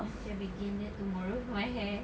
I shall begin it tomorrow my hair